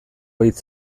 hitz